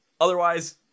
otherwise